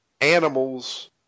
animals